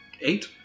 Eight